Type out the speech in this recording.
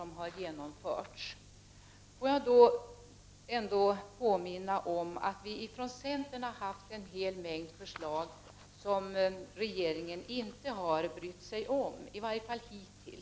Låt mig ändå påminna om att vi från centern de åtgärder som har vidtagi har framfört en hel mängd förslag som regeringen i varje fall hittills inte har brytt sig om.